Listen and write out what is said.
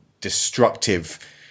destructive